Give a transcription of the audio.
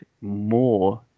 more